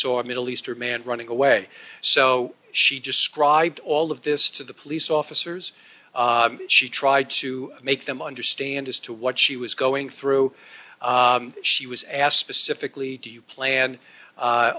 saw a middle eastern man running away so she described all of this to the police officers and she tried to make them understand as to what she was going through she was asked specifically do you plan